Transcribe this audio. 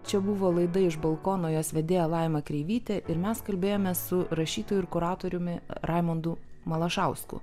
čia buvo laida iš balkono jos vedėja laima kreivytė ir mes kalbėjome su rašytoju ir kuratoriumi raimundu malašausku